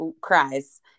cries